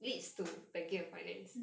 mm